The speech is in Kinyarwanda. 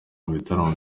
bitaramo